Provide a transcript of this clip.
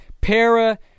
para